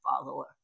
follower